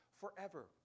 forever